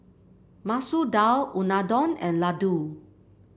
Masoor Dal Unadon and Ladoo